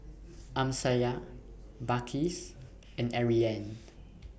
Amsyar Balqis and Aryan